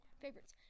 favorites